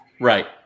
Right